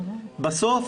בסוף